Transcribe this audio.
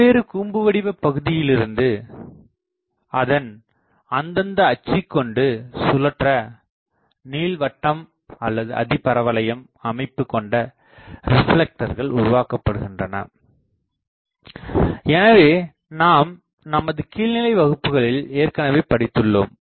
பல்வேறு கூம்பு வடிவ பகுதியிலிருந்து அதன் அந்தந்த அச்சுக்கொண்டு சுழற்ற நீள்வட்டம் அல்லது அதிபரவளையம் அமைப்பு கொண்ட ரிப்லெக்டர்கள் உருவாக்கப்படுகின்றன என நாம் நமது கீழ்நிலை வகுப்புகளில் ஏற்கனவே படித்துள்ளோம்